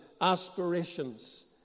aspirations